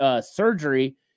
surgery